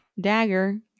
Dagger